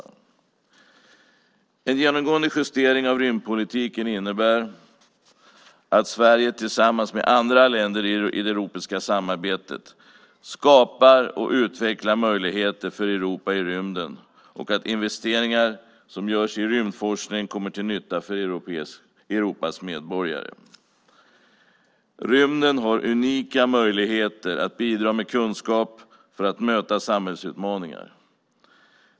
En genomgående justering av rymdpolitiken innebär att Sverige tillsammans med andra länder i det europeiska samarbetet skapar och utvecklar möjligheter för Europa i rymden och att investeringar som görs i rymdforskning kommer till nytta för Europas medborgare. Rymden har unika möjligheter att bidra med kunskap för att möta samhällsutmaningar.